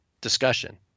discussion